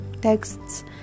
Texts